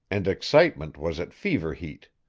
and excitement was at fever heat.